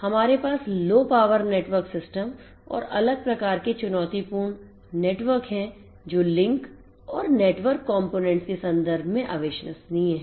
हमारे पास Low power network system और अलग प्रकार के चुनौतीपूर्ण नेटवर्क हैंजो लिंक और नेटवर्क कंपोनेंट्स के सन्दर्भ में अविश्वसनीय हैं